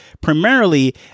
primarily